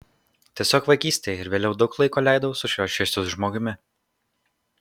tiesiog vaikystėje ir vėliau daug laiko leidau su šiuo šviesiu žmogumi